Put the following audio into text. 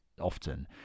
often